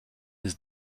his